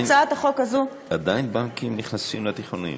עדיין בנקים נכנסים לתיכונים.